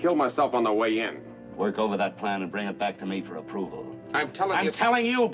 kill myself on the way in work over the plan bring it back to me for approval i'm telling you